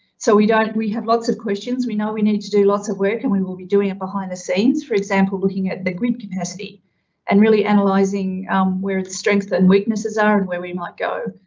so we don't, we have lots of questions. we know we need to do lots of work and we will be doing it behind the scenes. for example, looking at the grid capacity and really analyzing where its strengths and weaknesses are and where we might go.